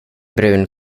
brun